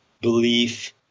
belief